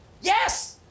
Yes